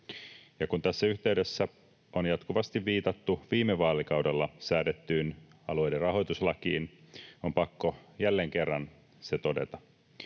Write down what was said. Ja kun tässä yhteydessä on jatkuvasti viitattu viime vaalikaudella säädettyyn alueiden rahoituslakiin, on pakko jälleen kerran todeta: